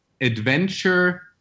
adventure